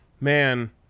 Man